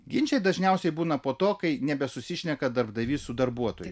ginčai dažniausiai būna po to kai nebesusišneka darbdavys su darbuotoju